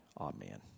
Amen